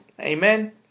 Amen